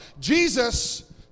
Jesus